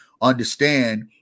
understand